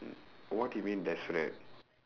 what do you mean desperate